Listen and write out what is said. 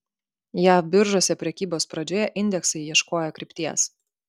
jav biržose prekybos pradžioje indeksai ieškojo krypties